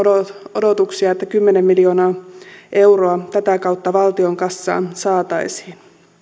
odotuksia että kymmenen miljoonaa euroa tätä kautta valtion kassaan saataisiin